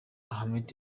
ahmed